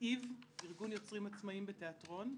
עצמאיים בתיאטרון.